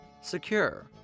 Secure